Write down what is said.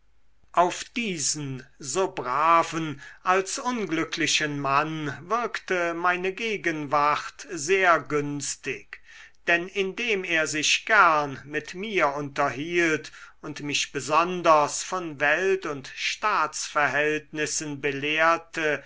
auf diesen so braven als unglücklichen mann wirkte meine gegenwart sehr günstig denn indem er sich gern mit mir unterhielt und mich besonders von welt und staatsverhältnissen belehrte